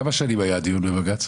כמה שנים היה הדיון בבג"צ?